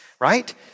right